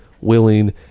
willing